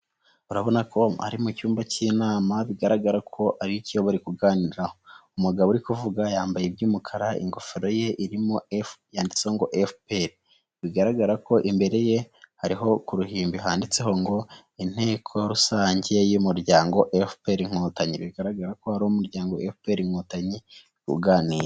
Urabona ko ari mu cyumba cy'inama bigaragara ko ar'icyo bari kuganiriramo, umugabo uri kuvuga yambaye iby'umukara ingofero ye irimo efu yanditseho ngo efuperi, bigaragara ko imbere ye hariho ku ruhimbi handitseho ngo inteko rusange y'umuryango efuperi inkotanyi, bigaragara ko ari umuryango efuperi uganira.